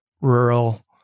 rural